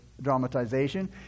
dramatization